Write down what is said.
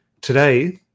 Today